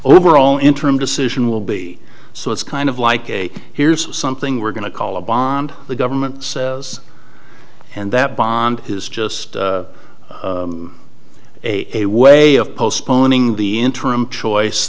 overall interim decision will be so it's kind of like a here's something we're going to call a bond the government says and that bond is just a way of postponing the interim choice